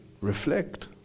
Reflect